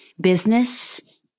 business